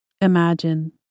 imagine